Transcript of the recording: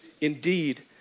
Indeed